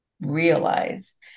realize